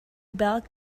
bell